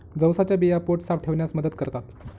जवसाच्या बिया पोट साफ ठेवण्यास मदत करतात